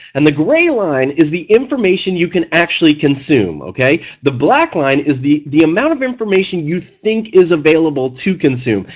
and the gray line is the information you can actually consume. the black line is the the amount of information you think is available to consume,